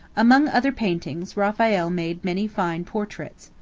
among other paintings, raphael made many fine portraits.